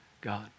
God